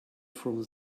from